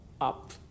up